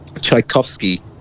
tchaikovsky